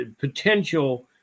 potential